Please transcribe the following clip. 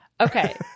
okay